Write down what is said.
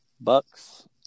Bucks